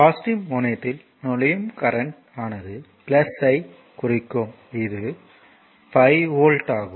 positive முனையத்தில் நுழையும் current ஆனது ஐ குறிக்கும் இது 5 வோல்ட் ஆகும்